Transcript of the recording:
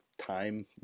time